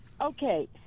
Okay